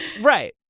Right